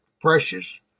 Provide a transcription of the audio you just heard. precious